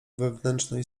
wewnętrznej